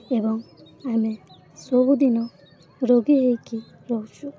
ଏବଂ ଆମେ ସବୁଦିନ ରୋଗୀ ହୋଇକି ରହୁଛୁ